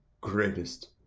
greatest